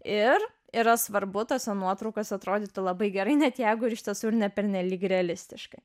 ir yra svarbu tas nuotraukas atrodytų labai gerai net jeigu ir iš tiesų ir ne pernelyg realistiškai